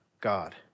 God